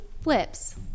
flips